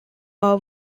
are